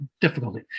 difficulty